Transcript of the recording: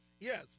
Yes